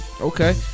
Okay